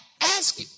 ask